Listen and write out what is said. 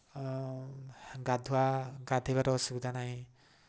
ଗାଧୁଆ ଗାଧେଇବାର ଅସୁବିଧା ନାହିଁ